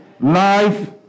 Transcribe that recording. Life